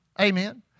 Amen